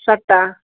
ഷർട്ടോ